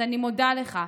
אז אני מודה לך.